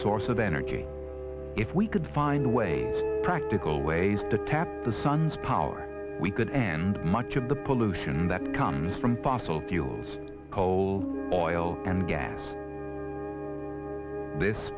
source of energy if we could find a way practical ways to tap the sun's power we could and much of the pollution that comes from fossil fuels coal oil and gas this